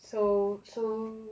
so so